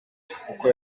kuko